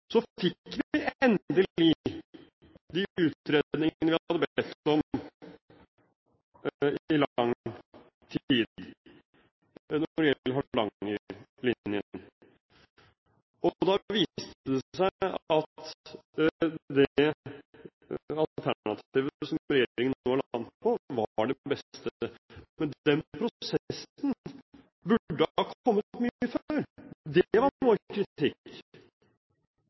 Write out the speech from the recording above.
Så fikk vi endelig de utredningene vi hadde bedt om i lang tid når det gjaldt Hardangerlinjen. Da viste det seg at det alternativet som regjeringen nå har landet på, var det beste, men den prosessen burde ha kommet mye før. Det var vår kritikk.